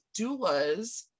doulas